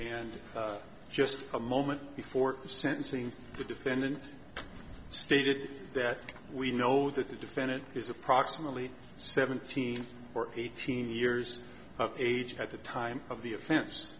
and just a moment before the sentencing the defendant stated that we know that the defendant is approximately seventeen or eighteen years of age at the time of the offen